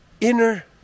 inner